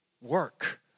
work